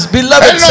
beloved